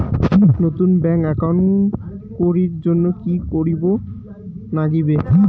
নতুন bank account করির জন্যে কি করিব নাগিবে?